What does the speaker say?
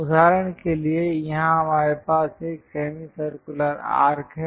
उदाहरण के लिए यहाँ हमारे पास एक सेमी सर्कुलर आर्क है